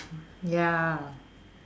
ya